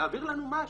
להעביר לנו משהו.